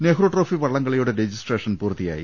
നെഹ്റുട്രോഫി വള്ളംകളിയുടെ രജിസ്ട്രേഷൻ പൂർത്തിയായി